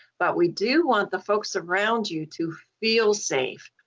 but we do want the folks around you to feel safe,